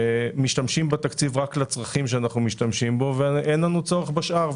משתמשים בתקציב רק לצרכים שאנחנו משתמשים ואין לנו צורך בשאר.